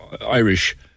Irish